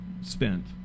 spent